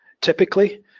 Typically